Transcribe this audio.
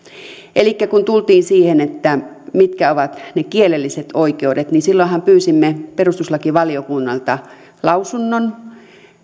elikkä kun tultiin siihen mitkä ovat ne kielelliset oikeudet niin silloinhan pyysimme perustuslakivaliokunnalta lausunnon